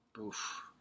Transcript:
Oof